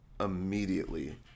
Immediately